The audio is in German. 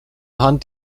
hand